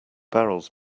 barrels